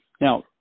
Now